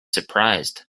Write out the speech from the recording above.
surprised